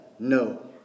No